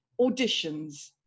auditions